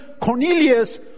Cornelius